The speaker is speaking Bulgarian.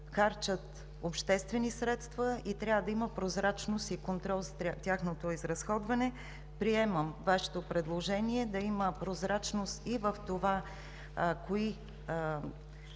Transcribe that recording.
обществени средства и трябва да има прозрачност и контрол при тяхното изразходване. Приемам Вашето предложение да има прозрачност и в това кои